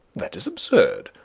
that is absurd.